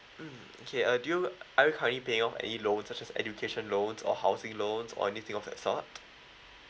mm okay uh do you are you currently paying off any loans such as education loans or housing loans or anything of that sort